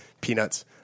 peanuts